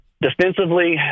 Defensively